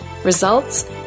results